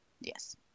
Yes